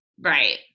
right